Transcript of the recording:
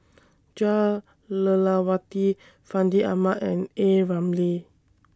Jah Lelawati Fandi Ahmad and A Ramli